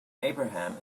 abraham